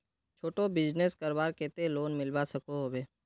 छोटो बिजनेस करवार केते लोन मिलवा सकोहो होबे?